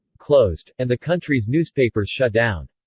closed, and the country's newspapers shut down.